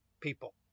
people